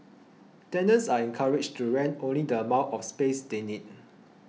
tenants are encouraged to rent only the amount of space they need